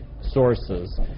sources